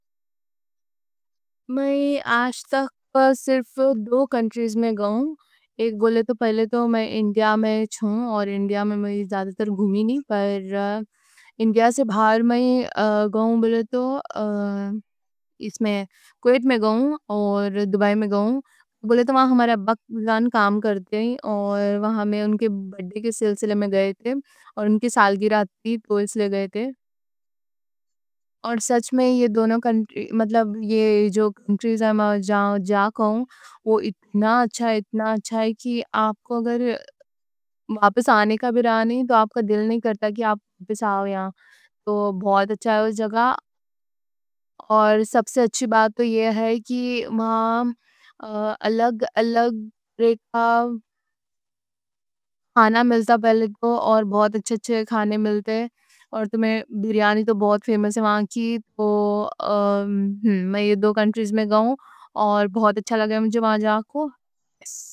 میں آج تک صرف دو کنٹریز میں گوں، ایک بولے تو پہلے تو میں انڈیا میں ہوں۔ اور انڈیا میں میں زیادہ تر گھومے نہیں۔ انڈیا سے باہر میں گوں بولے تو اس میں کویت میں گوں اور دبئی میں گوں بولے تو وہاں ہمارے ابا جان کام کرتے ہیں۔ اور وہاں میں ان کے برڈے کے سلسلے میں گئے تھے اور ان کی سالگرہ تھی تو اس لیے گئے تھے۔ اور سچ میں یہ دونوں کنٹریز، مطلب یہ جو کنٹریز ہیں، میں گوں گوں وہ اتنا اچھا ہے، اتنا اچھا ہے کہ آپ کو اگر واپس آنے کا جی نہیں تو آپ کا دل نہیں کرتا کہ آپ واپس آؤ۔ یہاں تو بہت اچھا ہے اس جگہ اور سب سے اچھی بات تو یہ ہے کہ وہاں کھانا ملتے، بہت اچھے اچھے کھانا ملتے۔ بریانی تو بہت فیمس ہے وہاں کی تو میں یہ دو کنٹریز میں گوں اور بہت اچھا لگا اور مجھے بہت اچھا لگا۔ وہاں جاکو۔